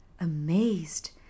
amazed